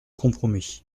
compromis